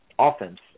Offense